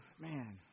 man